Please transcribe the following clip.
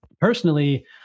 Personally